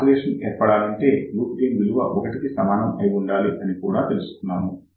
oscillation ఏర్పడాలంటే loop gain విలువ 1 కి సమానం అయి ఉండాలి అని తెలుసుకున్నాము